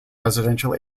residential